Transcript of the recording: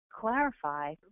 clarify